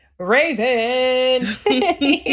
Raven